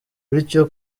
bityo